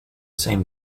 same